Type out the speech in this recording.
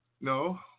No